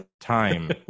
time